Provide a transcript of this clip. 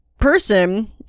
person